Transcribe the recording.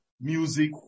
music